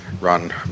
run